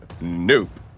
Nope